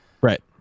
right